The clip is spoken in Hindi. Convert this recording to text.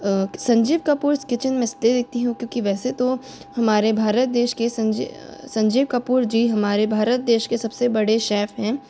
संजीव कपूर किचंस मैं इसलिए देखती हूँ क्योंकि वैसे तो हमारे भारत देश के संजय संजीव कपूर जी हमारे भारत देश के सबसे बड़े शेफ़ हैं